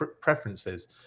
preferences